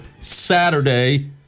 Saturday